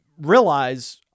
realize